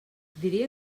diria